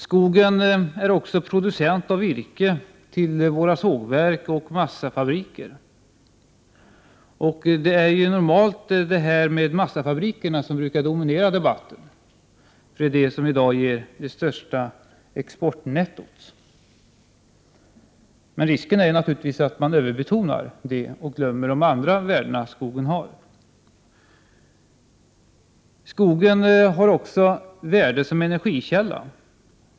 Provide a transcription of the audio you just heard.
Skogen är också producent av virke till våra sågverk och massafabriker. Normalt brukar frågan om massafabriker dominera debatten, för massaindustrin ger i dag det största exportnettot. Men risken är naturligtvis att man överbetonar det och glömmer bort de andra värden som skogen har. Skogen har värde som energikälla.